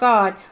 God